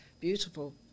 beautiful